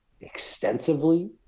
extensively